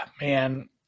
man